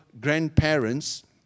grandparents